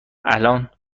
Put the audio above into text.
الان